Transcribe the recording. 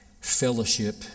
fellowship